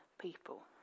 people